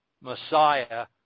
Messiah